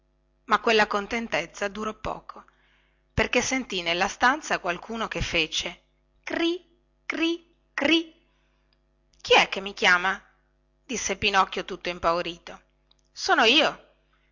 ma quella contentezza durò poco perché sentì nella stanza qualcuno che fece crì crì crì chi è che mi chiama disse pinocchio tutto impaurito sono io